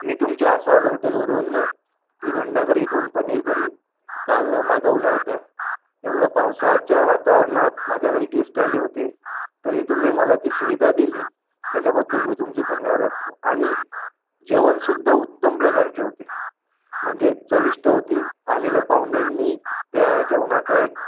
मी तुमच्या आस्वाद हॉटेलवरून नं तीन अंडा करी दोन पनीर करी काल मागवल्या होत्या एवढं पावसाच्या वातावरणात माझ्या घरी गेस्ट आले होते तरी तुम्ही मला ती सुविधा दिली त्याच्याबद्दल मी तुमचे धन्यवाद वाटतो आणि जेवणसुद्धा उत्तम प्रकारचे होते म्हणजे चविष्ट होते आलेल्या पाहुण्यांनी त्या जेवणाचा एक